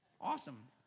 Awesome